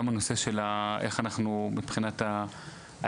גם הנושא של איך אנחנו מבחינת האם,